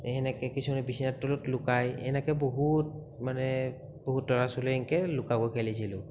সেনেকে কিছুমানে বিছনাত লুকায় এনেকে বহুত মানে বহুত ল'ৰা ছোৱালী এনেকে লুকা ভাকু খেলিছিলোঁ